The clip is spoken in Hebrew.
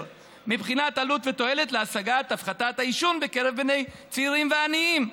מבחינת עלות תועלת להשגת הפחתת העישון" בקרב צעירים ועניים.